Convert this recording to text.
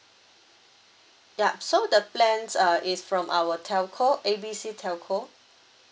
yup so the plans uh is from our telco A B C telco